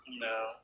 No